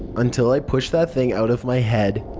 until i push that thing out of my head.